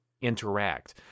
interact